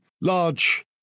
large